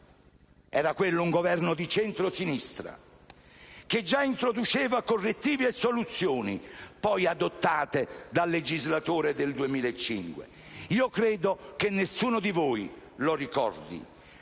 centrodestra, bensì di centrosinistra, che già introduceva correttivi e soluzioni, poi adottate dal legislatore del 2005? Credo che nessuno di voi lo ricordi,